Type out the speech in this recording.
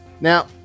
Now